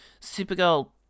Supergirl